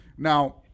Now